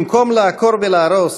במקום לעקור ולהרוס,